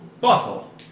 Bottle